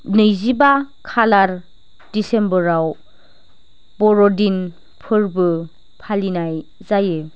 नैजिबा खालार डिसेम्बराव ब'रदिन फोरबो फालिनाय जायो